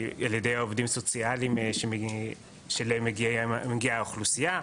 על ידי העובדים הסוציאליים שמגיעים לאוכלוסייה.